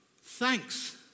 thanks